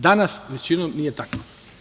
Danas većinom nije tako.